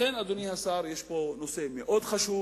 לכן, אדוני השר, יש פה נושא מאוד חשוב.